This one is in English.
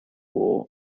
war